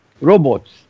robots